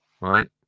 right